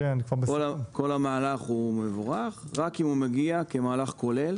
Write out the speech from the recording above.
כל המהלך הוא מבורך, רק אם הוא מגיע כמהלך כולל